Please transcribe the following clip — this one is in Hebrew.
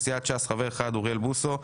סיעת ש"ס חבר אחד: אוריאל בוסו.